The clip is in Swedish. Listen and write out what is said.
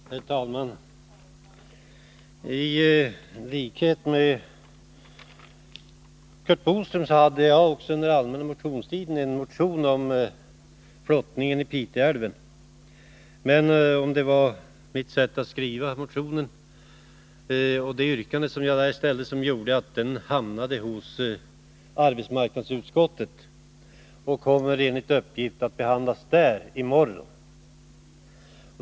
Herr talman! I likhet med Curt Boström väckte jag under allmänna motionstiden en motion om flottningen i Piteälven. Men mitt sätt att utforma motionen och yrkandet gjorde att den hamnade hos arbetsmarknadsutskottet, där den enligt uppgift kommer att behandlas i morgon.